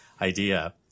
idea